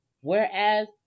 Whereas